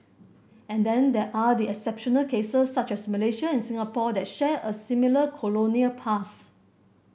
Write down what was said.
and then there are the exceptional cases such as Malaysia and Singapore that share a similar colonial past